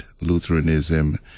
Lutheranism